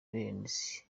rayons